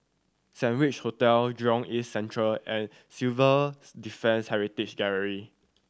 Saint Regi Hotel Jurong East Central and Civils Defence Heritage Gallery